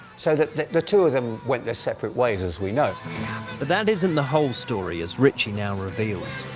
so that the two of them went their separate ways, as we know. but that isn't the whole story, as ritchie now reveals.